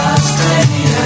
Australia